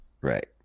right